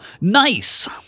Nice